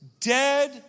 dead